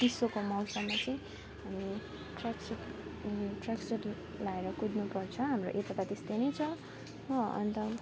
चिस्सोको मौसममा चाहिँ हामीले ट्रयाक सुट ट्रयाक सुट लगाएर कुद्नुपर्छ हाम्रो यता त त्यस्तै नै छ हो अन्त